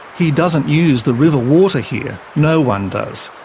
he doesn't use the river water here no one does.